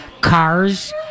cars